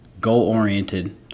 goal-oriented